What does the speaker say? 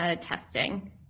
testing